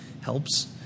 helps